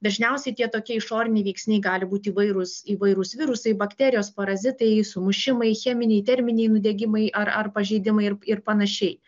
dažniausiai tie tokie išoriniai veiksniai gali būti įvairūs įvairūs virusai bakterijos parazitai sumušimai cheminiai terminiai nudegimai ar ar pažeidimai ir panašiai